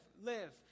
live